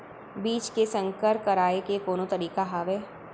बीज के संकर कराय के कोनो तरीका हावय?